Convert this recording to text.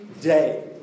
day